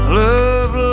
love